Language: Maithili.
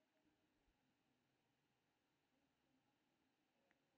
सिंचाइ जल केर मुख्य स्रोत भूजल छियै, जे कुआं, बोरिंग आदि सं निकालल जाइ छै